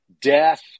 death